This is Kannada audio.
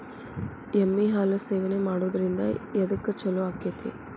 ಎಮ್ಮಿ ಹಾಲು ಸೇವನೆ ಮಾಡೋದ್ರಿಂದ ಎದ್ಕ ಛಲೋ ಆಕ್ಕೆತಿ?